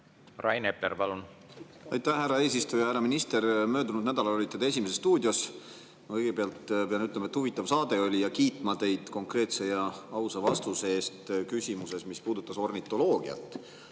seda teada sai? Aitäh, härra eesistuja! Härra minister! Möödunud nädalal olite te "Esimeses stuudios". Ma kõigepealt pean ütlema, et huvitav saade oli, ja kiitma teid konkreetse ja ausa vastuse eest küsimusele, mis puudutas ornitoloogiat.